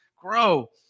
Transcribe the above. grow